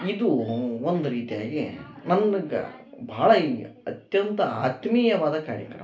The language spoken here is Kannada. ಇದು ಒಂದು ರೀತಿಯಾಗಿ ನನಗ ಭಾಳ ಈ ಅತ್ಯಂತ ಆತ್ಮೀಯವಾದ ಕಾರ್ಯಕ್ರಮ